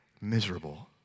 miserable